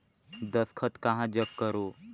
दस्खत कहा जग करो?